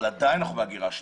אבל אנחנו עדיין בהגירה שלילית.